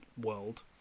world